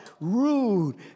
rude